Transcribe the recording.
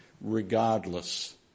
regardless